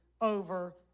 over